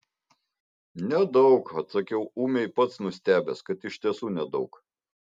nedaug atsakiau ūmiai pats nustebęs kad iš tiesų nedaug